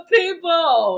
people